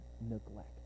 neglect